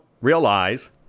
realize